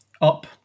up